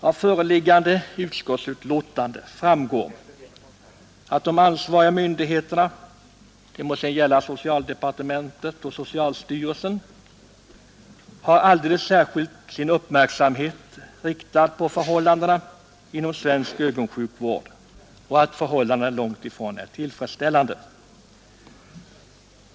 Av föreliggande utskottsbetänkande framgår att de ansvariga myndigheterna — det må gälla socialdepartementet och socialstyrelsen — har sin uppmärksamhet alldeles särskilt riktad på förhållandena inom svensk ögonsjukvård, vilka är långtifrån tillfredsställande.